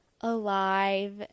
alive